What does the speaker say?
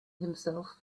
himself